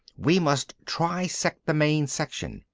we must trisect the main section,